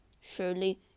surely